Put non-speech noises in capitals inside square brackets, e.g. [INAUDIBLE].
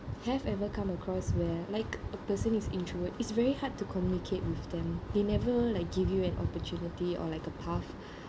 have ever come across where like a person is introvert is very hard to communicate with them they never like give you an opportunity or like a path [BREATH]